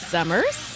Summers